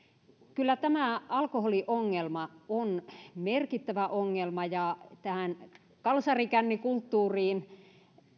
kyllä tämä alkoholiongelma on merkittävä ongelma ja tähän kalsarikännikulttuuriin